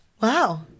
wow